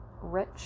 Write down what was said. rich